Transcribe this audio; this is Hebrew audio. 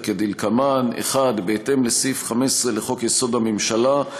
כדלקמן: 1. בהתאם לסעיף 15 לחוק-יסוד: הממשלה,